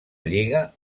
lliga